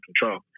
control